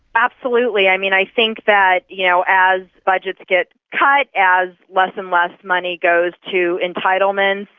absolutely. i mean, i think that you know as budgets get cut, as less and less money goes to entitlements,